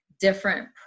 different